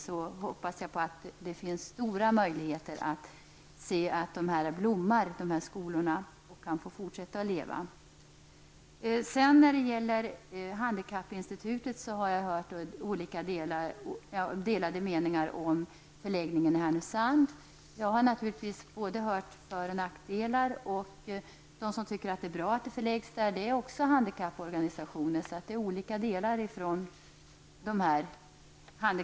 Då hoppas jag det skall finnas stora möjligheter för dessa skolor att fortsätta att leva och att blomma. När det gäller handikappinstitutet har jag hört delade meningar om förläggningen i Härnösand. Jag har hört både för och nackdelar. Det finns också handikapporganisationer som tycker det är bra att institutet förläggs till Härnösand.